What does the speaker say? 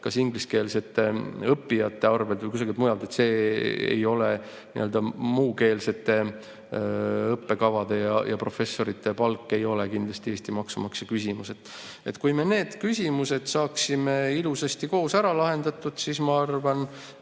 kas ingliskeelsete õppijate arvel või kusagilt mujalt, muukeelsete õppekavade ja professorite palk ei ole kindlasti Eesti maksumaksja küsimus. Kui me need küsimused saaksime ilusasti koos ära lahendatud, siis ma arvan,